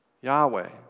Yahweh